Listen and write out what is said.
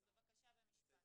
בבקשה, במשפט.